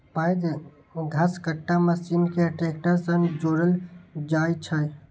पैघ घसकट्टा मशीन कें ट्रैक्टर सं जोड़ल जाइ छै